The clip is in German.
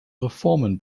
reformen